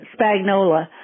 Spagnola